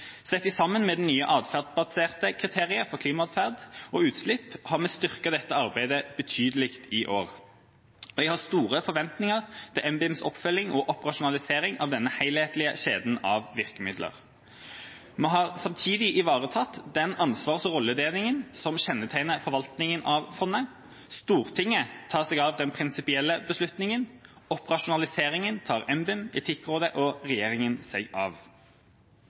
Sett sammen med det nye atferdsbaserte kriteriet for klimaatferd og utslipp har vi styrket dette arbeidet betydelig i år, og jeg har store forventninger til NBIMs oppfølging og operasjonalisering av denne helhetlige kjeden av virkemidler. Vi har samtidig ivaretatt den ansvars- og rolledelinga som kjennetegner forvaltninga av fondet. Stortinget tar seg av den prinsipielle beslutninga. Operasjonaliseringa tar NBIM, Etikkrådet og regjeringa seg av.